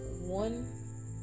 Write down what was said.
One